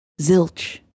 Zilch